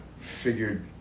figured